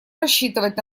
рассчитывать